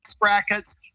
brackets